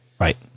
Right